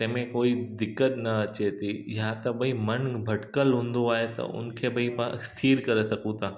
तंहिंमें कोई दिक़त न अचे थी या त भई मनु भटिकल हूंदो आहे त उन खे भई पाण स्थिर करे सघूं था